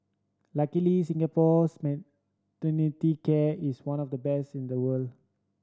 luckily Singapore's maternity care is one of the best in the world